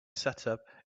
setup